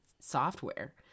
software